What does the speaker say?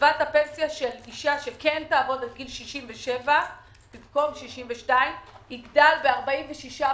קצבת הפנסיה של אשה שכן תעבוד עד גיל 67 במקום 62 יגדל ב-46%.